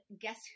guess